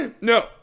No